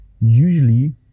usually